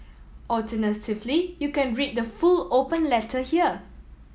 alternatively you can read the full open letter here